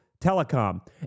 telecom